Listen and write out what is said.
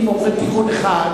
בקריאה שלישית?